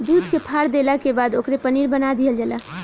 दूध के फार देला के बाद ओकरे पनीर बना दीहल जला